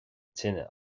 tine